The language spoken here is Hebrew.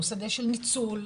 הוא שדה של ניצול,